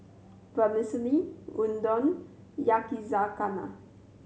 Vermicelli Udon Yakizakana